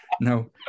no